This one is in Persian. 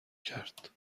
کرد